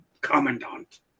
Commandant